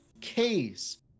case